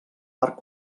part